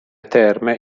terme